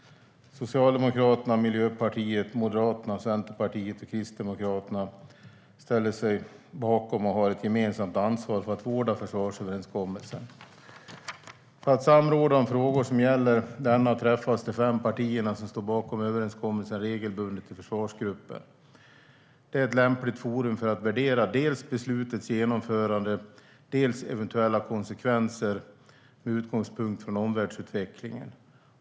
Socialdemokraterna, Miljöpartiet, Moderaterna, Centerpartiet och Kristdemokraterna ställer sig bakom försvarsöverenskommelsen och har ett gemensamt ansvar för att vårda den. För att samråda om frågor som gäller denna träffas de fem partier som står bakom överenskommelsen regelbundet i försvarsgruppen. Det är ett lämpligt forum för att värdera dels beslutets genomförande, dels eventuella konsekvenser med utgångspunkt från omvärldsutvecklingen.